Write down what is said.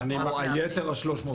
כלומר יתר 350 מיליון.